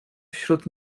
wśród